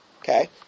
Okay